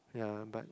ya but